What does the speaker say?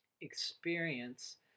experience